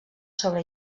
sobre